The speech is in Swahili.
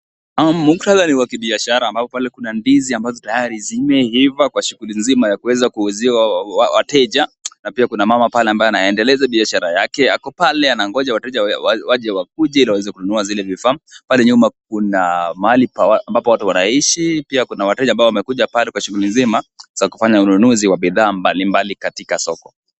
Mukdhata ni wa kibiashara ambapo, kuna ndizi ambazo tayari zimeiva kwa shuguli nzima ya uweza kuuzia wateja na kuna mama ambaye anaendelesha biashara yake ako pale. Anangoja wateja waje , wanunue zile bidhaa , mahali watu wanaishi, pia kuna wateja kwa shuguli nzima za kufanya ununuzi wa bidhaa pale sokoni.